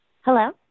Hello